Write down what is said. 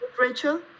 Rachel